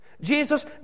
Jesus